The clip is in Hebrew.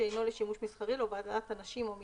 שאינו לשימוש מסחרי להובלת אנשים או מטען.